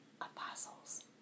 apostles